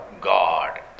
God